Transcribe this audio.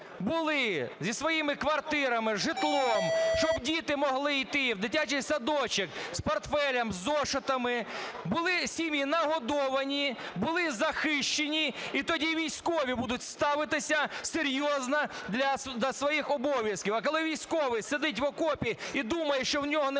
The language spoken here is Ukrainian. були зі своїми квартирами, житлом, щоб діти могли йти в дитячий садочок, з портфелем із зошитами, були сім'ї нагодовані, були захищені. І тоді військові будуть ставитися серйозно до своїх обов'язків. А коли військовий сидить в окопі і думає, що в нього немає